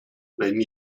wenn